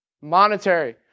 monetary